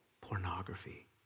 pornography